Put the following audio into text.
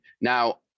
Now